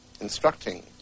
instructing